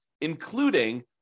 including